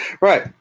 Right